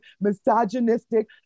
misogynistic